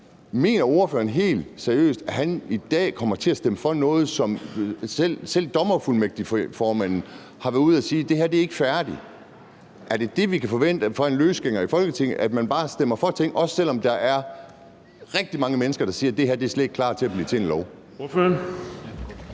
Mener ordføreren helt seriøst, at han i dag kommer til at stemme for noget, som selv formanden for Dommerfuldmægtigforeningen har været ude at sige ikke er færdigt? Er det det, vi kan forvente af en løsgænger i Folketinget, altså at man bare stemmer for ting, også selv om der er rigtig mange mennesker, der siger, at det her forslag slet ikke er klar til at blive en lov?